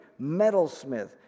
metalsmith